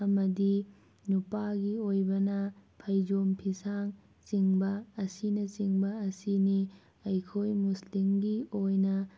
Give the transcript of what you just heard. ꯑꯃꯗꯤ ꯅꯨꯄꯥꯒꯤ ꯑꯣꯏꯕꯅ ꯐꯩꯖꯣꯝ ꯐꯤꯁꯥꯡ ꯆꯤꯡꯕ ꯑꯁꯤꯅꯆꯤꯡꯕ ꯑꯁꯤꯅꯤ ꯑꯩꯈꯣꯏ ꯃꯨꯁꯂꯤꯝꯒꯤ ꯑꯣꯏꯅ